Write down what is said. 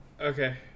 Okay